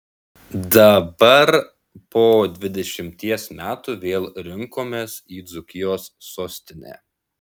dabar po dvidešimties metų vėl rinkomės į dzūkijos sostinę